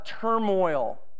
turmoil